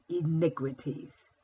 iniquities